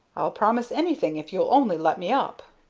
i'll promise anything if you'll only let me up.